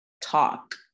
talk